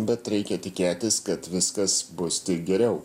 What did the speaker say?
bet reikia tikėtis kad viskas bus tik geriau